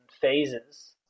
phases